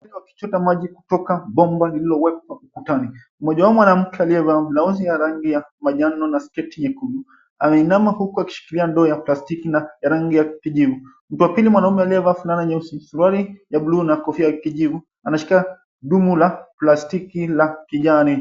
...akitoa maji kutoka bomba lililowekwa kukutani. Mmoja wa mwanamke aliyevaa blouse ya rangi ya majano na sketi nyekundu. Ameinama huku akishikilia ndoo ya plastiki na ya rangi ya kijivu. Mtu wa pili mwanamke aliyevaa fulana nyeusi, suruali ya blue na kofia ya kijivu. Anashika dummu la plastiki la kijani.